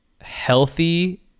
healthy